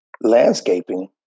landscaping